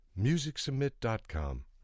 MusicSubmit.com